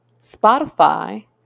Spotify